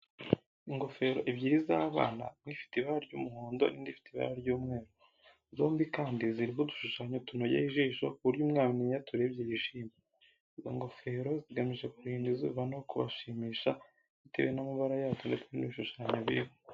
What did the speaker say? Ingofero ebyiri z’abana, imwe ifite ibara ry’umuhondo n’indi ifite ibara ry’umweru, zombi kandi ziriho udushushanyo tunogeye ijisho ku buryo umwana iyo aturebye yishima. Izo ngofero zigamije kurinda izuba no kubashimisha bitewe n’amabara yazo ndetse n’ibishushanyo biriho.